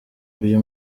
uyu